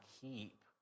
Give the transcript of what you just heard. keep